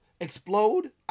explode